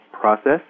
process